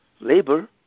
labor